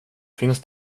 finns